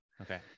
okay